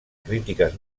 crítiques